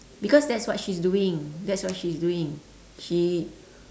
because that's what she's doing that's what she's doing she